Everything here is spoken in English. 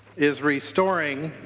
is restoring